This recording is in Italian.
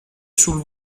sul